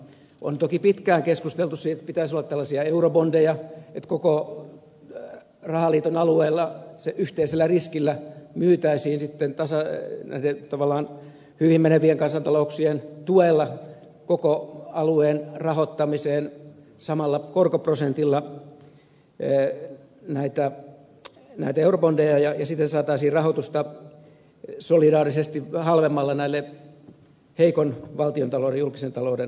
on toki pitkään keskusteltu siitä että pitäisi olla tällaisia eurobondeja että koko rahaliiton alueella yhteisellä riskillä myytäisiin sitten näiden tavallaan hyvin menevien kansantalouksien tuella koko alueen rahoittamiseen samalla korkoprosentilla näitä eurobondeja ja siten saataisiin rahoitusta solidaarisesti halvemmalla näille heikon valtiontalouden julkisen talouden maille